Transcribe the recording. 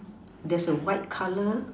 there's a white color